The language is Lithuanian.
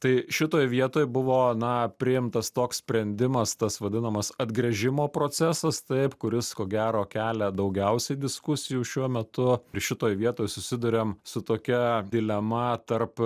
tai šitoj vietoj buvo na priimtas toks sprendimas tas vadinamas atgręžimo procesas taip kuris ko gero kelia daugiausiai diskusijų šiuo metu ir šitoj vietoj susiduriam su tokia dilema tarp